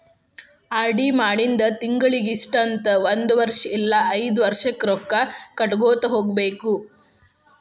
RD ಮಾಡಿಂದ ತಿಂಗಳಿಗಿ ಇಷ್ಟಂತ ಒಂದ್ ವರ್ಷ್ ಇಲ್ಲಾ ಐದ್ ವರ್ಷಕ್ಕ ರೊಕ್ಕಾ ಕಟ್ಟಗೋತ ಹೋಗ್ಬೇಕ್